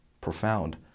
profound